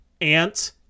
Ant